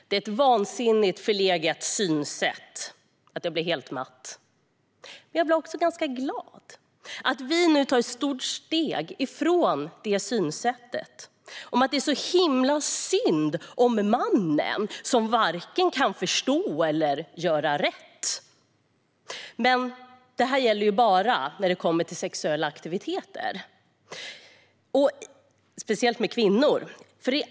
Det är ett så vansinnigt förlegat synsätt att jag blir helt matt. Jag blir också ganska glad över att vi nu tar ett stort steg bort från synsättet att det är så himla synd om mannen som varken kan förstå eller göra rätt. Men det gäller ju bara när det kommer till sexuella aktiviteter, speciellt med kvinnor.